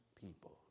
people